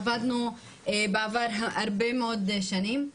עבדנו בעבר יחד הרבה שנים.